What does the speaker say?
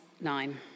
nine